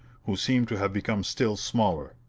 who seemed to have become still smaller.